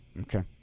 Okay